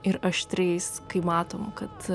ir aštriais kai matom kad